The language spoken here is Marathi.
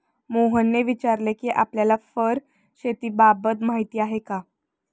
मोहनने विचारले कि आपल्याला फर शेतीबाबत माहीती आहे का?